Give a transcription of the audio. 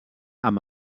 amb